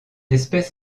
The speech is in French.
espèce